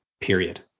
period